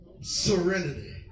serenity